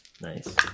Nice